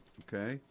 okay